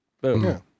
Boom